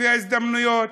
לפי ההזדמנויות.